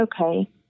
okay